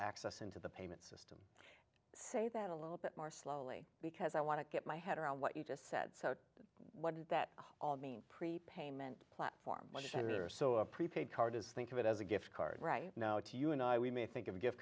access into the payment system say that a little bit more slowly because i want to get my head around what you just said so what does that all mean prepayment platform senator so a prepaid card is think of it as a gift card right now to you and i we may think